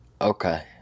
Okay